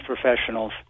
professionals